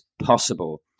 possible